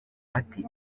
ati